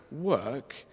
work